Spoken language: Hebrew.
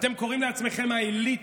ואתם קוראים לעצמכם האליטה.